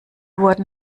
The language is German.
wurden